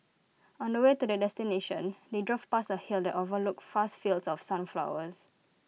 on the way to their destination they drove past A hill that overlooked fast fields of sunflowers